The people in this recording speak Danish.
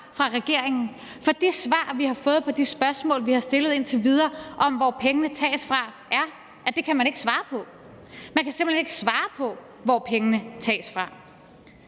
fra regeringen, for de svar, vi har fået på de spørgsmål, vi har stillet indtil videre, om, hvor pengene tages fra, er, at det kan man ikke svare på. Man kan simpelt hen ikke svare på, hvor pengene tages fra.